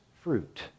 fruit